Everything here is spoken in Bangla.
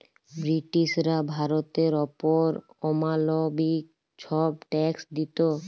ব্রিটিশরা ভারতের অপর অমালবিক ছব ট্যাক্স দিত